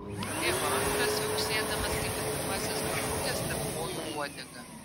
prabėgo antras viauksėdamas kaip ir pirmasis pabrukęs tarp kojų uodegą